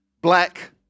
black